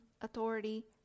authority